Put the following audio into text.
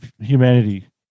humanity